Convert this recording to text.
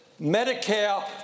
Medicare